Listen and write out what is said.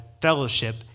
fellowship